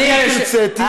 אם תרצה, תהיה.